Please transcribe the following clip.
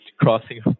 crossing